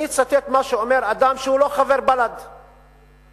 אני אצטט מה שאומר אדם שהוא לא חבר בל"ד עדיין,